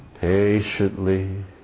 patiently